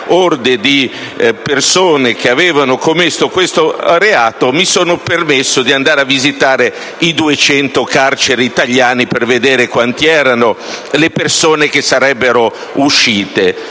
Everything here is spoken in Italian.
orde di persone che avevano commesso questo reato, mi sono permesso di andare a visitare le 200 carceri italiane per vedere quante erano le persone che sarebbero uscite.